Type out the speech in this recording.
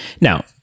Now